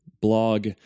blog